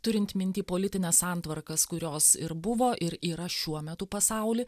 turint minty politines santvarkas kurios ir buvo ir yra šiuo metu pasauly